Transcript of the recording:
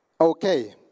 Okay